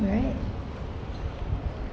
right